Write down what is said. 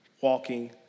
walking